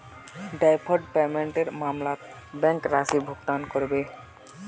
deferred पेमेंटेर मामलत bank राशि भुगतान करबे